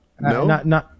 No